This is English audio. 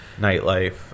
nightlife